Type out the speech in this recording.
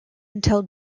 until